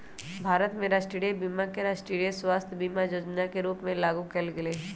भारत में राष्ट्रीय बीमा के राष्ट्रीय स्वास्थय बीमा जोजना के रूप में लागू कयल गेल हइ